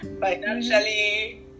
financially